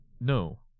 No